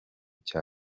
cya